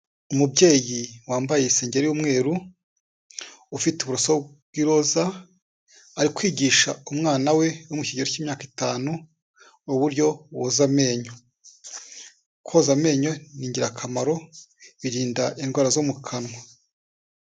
Umubyeyi wambaye isengeri y'umweru, ufite uburoso bw'iroza ari kwigisha umwana we uri mu kigero cy'imyaka itanu uburyo boza amenyo. Koza amenyo ni ingirakamaro birinda indwara zo mu kanwa.